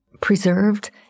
preserved